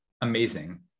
Amazing